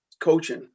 coaching